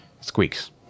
Squeaks